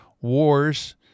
wars